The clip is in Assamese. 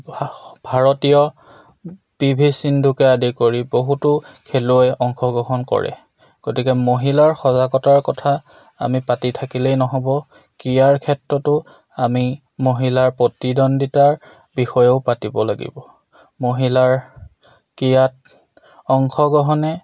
ভাৰতীয় পি ভি সিন্ধুকে আদি কৰি বহুতো খেলুৱৈ অংশগ্ৰহণ কৰে গতিকে মহিলাৰ সজাগতাৰ কথা আমি পাতি থাকিলেই নহ'ব ক্ৰীড়াৰ ক্ষেত্ৰতো আমি মহিলাৰ প্ৰতিদ্বন্দিতাৰ বিষয়েও পাতিব লাগিব মহিলাৰ ক্ৰীড়াত অংশগ্ৰহণে